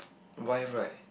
wife right